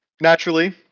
Naturally